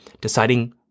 deciding